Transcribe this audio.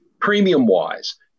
premium-wise